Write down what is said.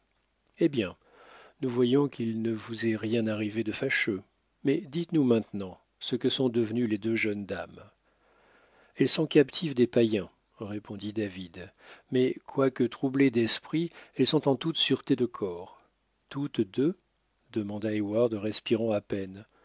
eh bien nous voyons qu'il ne vous est rien arrivé de fâcheux mais dites-nous maintenant ce que sont devenues les deux jeunes dames elles sont captives des païens répondit david mais quoique troublées d'esprit elles sont en toute sûreté de corps toutes deux demanda heyward respirant à peine